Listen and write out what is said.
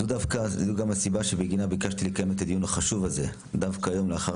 זו גם הסיבה שבגינה ביקשתי לקיים את הדיון החשוב הזה דווקא היום לאחר